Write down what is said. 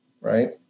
right